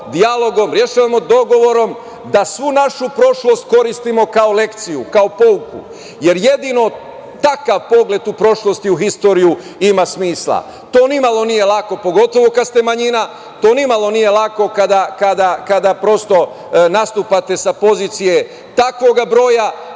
dijalogom, rešavamo dogovorom, da svu našu prošlost koristimo kao lekciju, kao pouku, jer jedino takav pogled u prošlosti u istoriju ima smisla. To nimalo nije lako, pogotovo kada ste manjina, to nimalo nije lako kada nastupate sa pozicije takvog broja,